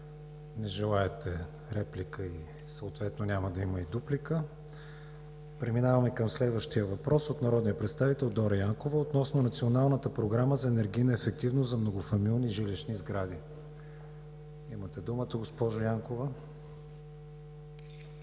Не желаете реплика, съответно няма да има и дуплика. Преминаваме към следващия въпрос от народния представител Дора Янкова относно Националната програма за енергийна ефективност за многофамилни жилищни сгради. Имате думата, госпожо Янкова.